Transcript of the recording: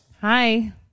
Hi